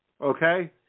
okay